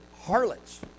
harlots